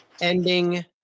ending